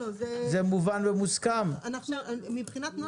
מבחינת נוסח,